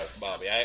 Bobby